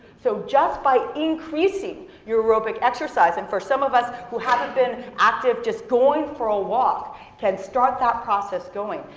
so just by increasing your aerobic exercise, and for some of us who haven't been active, just going for a walk can start that process going,